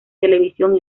televisión